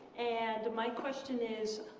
and my question is,